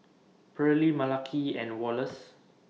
Pearlie Malaki and Wallace